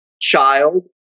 child